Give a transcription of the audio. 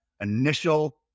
initial